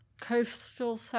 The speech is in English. Coastal